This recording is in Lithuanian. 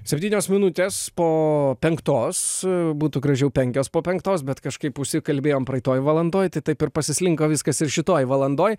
septynios minutes po penktos būtų gražiau penkios po penktos bet kažkaip užsikalbėjom praeitoj valandoj tai taip ir pasislinko viskas ir šitoj valandoj